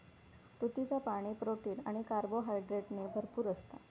तुतीचा पाणी, प्रोटीन आणि कार्बोहायड्रेटने भरपूर असता